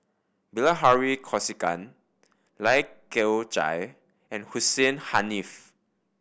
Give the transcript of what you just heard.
Bilahari Kausikan Lai Kew Chai and Hussein Haniff